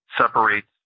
separates